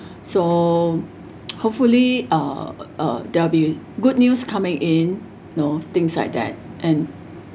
so hopefully uh uh there'll good news coming in know things like that and